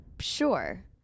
sure